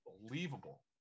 Unbelievable